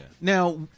Now